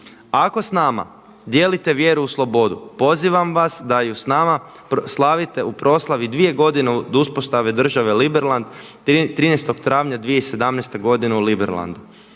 Ako s nama dijelite vjeru u slobodu pozivam vas da ju s nama slavite u proslavi 2 godine od uspostave države Liberland 13. travnja 2017. godine u Liberlandu.